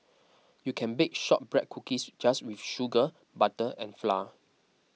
you can bake Shortbread Cookies just with sugar butter and flour